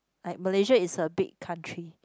like Malaysia is a big country